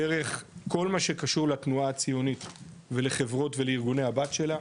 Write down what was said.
דרך כל מה שקשור לתנועה הציונית ולחברות ולארגוני הבת שלה.